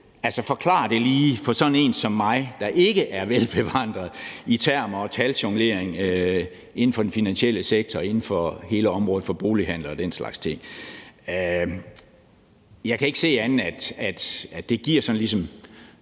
sige. Forklar det lige for sådan en som mig, der ikke er velbevandret i termer og taljonglering inden for den finansielle sektor, inden for hele området for bolighandler og den slags ting. Jeg er lidt bekymret for kontrollen i